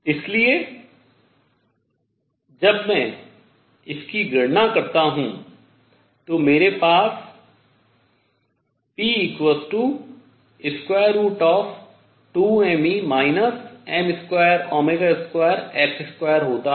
इसलिए जब मैं इसकी गणना करता हूँ तो मेरे पास p √ होता है